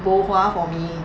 bo hua for me